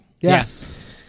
Yes